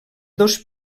dos